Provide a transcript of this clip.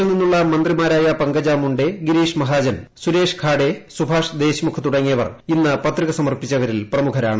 യിൽ നിന്നുള്ള മന്ത്രിമാരായ പങ്കജ മുണ്ഡെ ഗിരീഷ് മഹാജൻ സുരേഷ് ഖാഡേ സുഭാസ് ദേശ്മുഖ് തുടങ്ങിയവർ ഇന്ന് പത്രിക സമർപ്പിച്ചവരിൽ പ്രമുഖരാണ്